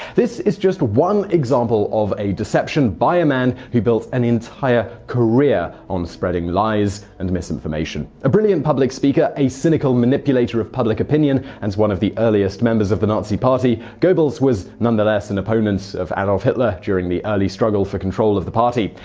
this is just one example of a deception by a man who built an entire career on spreading lies and misinformation. a brilliant public speaker, a cynical manipulator of public opinion, and one of the earliest members of the nazi party, goebbels was nonetheless an and opponent of adolf hitler during the early struggle for control of the party.